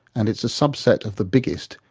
and it's a sub-set of the biggest,